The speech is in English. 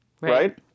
Right